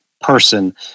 person